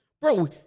Bro